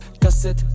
cassette